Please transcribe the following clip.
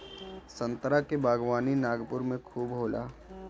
संतरा के बागवानी नागपुर में खूब होला